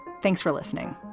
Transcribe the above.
thanks for listening.